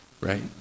right